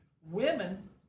women